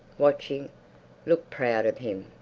watching, looked proud of him.